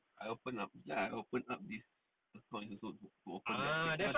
I open up lah I open up this account is also to open